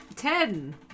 Ten